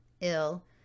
ill